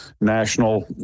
national